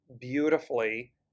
beautifully